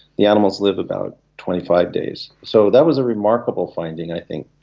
the animals live about twenty five days. so that was a remarkable finding i think.